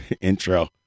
intro